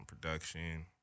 production